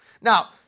Now